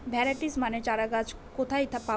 Variety মানের চারাগাছ কোথায় পাবো?